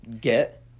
get